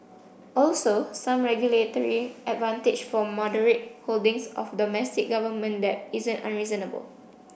also some regulatory advantage for moderate holdings of domestic government debt isn't unreasonable